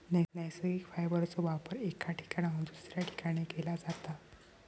नैसर्गिक फायबरचो वापर एका ठिकाणाहून दुसऱ्या ठिकाणी केला जाता